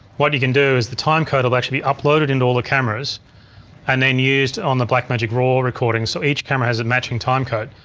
what you can do is the timecode will actually be uploaded into all the cameras and then used on the blackmagic raw recording. so each camera has a matching timecode.